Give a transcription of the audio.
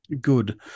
good